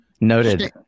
Noted